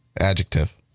adjective